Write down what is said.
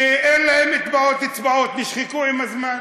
שאין להם טביעות אצבעות, נשחקו עם הזמן,